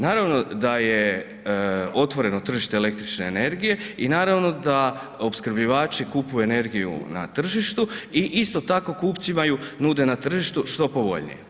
Naravno da je otvoreno tržište električne energije i naravno da opskrbljivači kupuju energiju na tržištu i isto tako kupcima ju nude na tržištu što povoljnije.